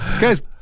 Guys